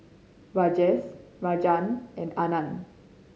Rajesh Rajan and Anand